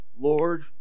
Lord